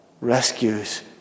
rescues